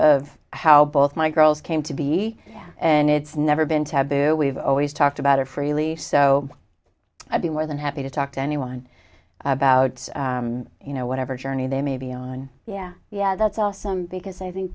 of how both my girls came to be and it's never been taboo we've always talked about her freely so i'd be more than happy to talk to anyone about you know whatever journey they may be on yeah yeah that's awesome because i think